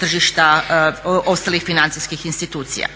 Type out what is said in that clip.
tržišta ostalih financijskih institucija.